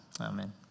amen